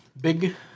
Big